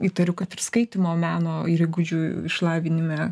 įtariu kad ir skaitymo meno ir įgūdžių išlavinime